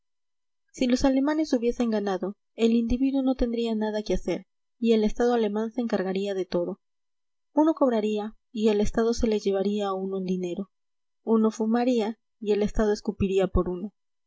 si los alemanes hubiesen ganado el individuo no tendría nada que hacer y el estado alemán se encargaría de todo uno cobraría y el estado se le llevaría a uno el dinero uno fumaría y el estado escupiría por uno